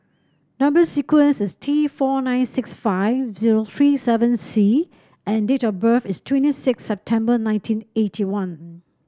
number sequence is T four nine six five zero three seven C and date of birth is twenty six September nineteen eighty one